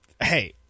Hey